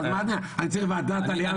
אני צריך ועדת העלייה והקליטה?